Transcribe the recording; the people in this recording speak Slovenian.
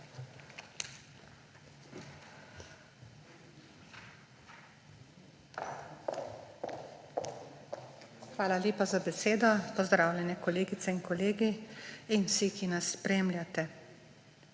Hvala lepa za besedo. Pozdravljeni, kolegice in kolegi in vsi, ki nas spremljate!